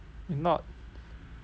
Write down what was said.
if not